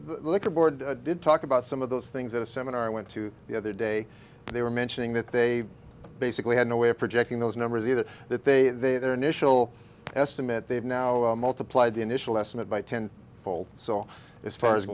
know liquor board did talk about some of those things at a seminar i went to the other day and they were mentioning that they basically had no way of projecting those numbers either that they their initial estimate they've now multiplied the initial estimate by ten fold so as far as